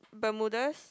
bermudas